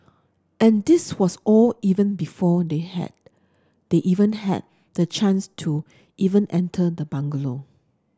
and this was all even before they had they even had the chance to even enter the bungalow